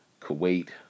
Kuwait